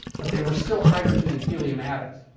but they were still hydrogen and helium atoms.